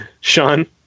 Sean